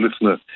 listener